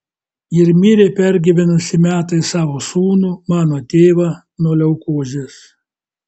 ir mirė pergyvenusi metais savo sūnų mano tėvą nuo leukozės